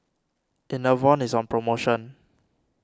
Enervon is on promotion